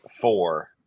Four